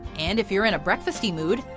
and if you're in a breakfast-y mood,